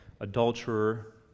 adulterer